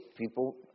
people